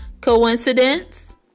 Coincidence